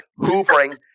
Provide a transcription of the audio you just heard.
hoovering